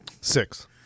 Six